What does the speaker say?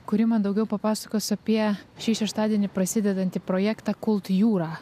kuri man daugiau papasakos apie šį šeštadienį prasidedantį projektą kult jūrą